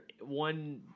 one